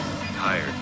Tired